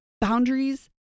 boundaries